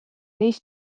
neist